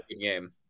game